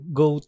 go